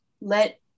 let